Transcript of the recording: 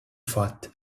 fatt